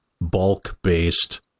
bulk-based